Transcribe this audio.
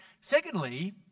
Secondly